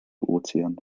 ozean